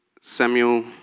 Samuel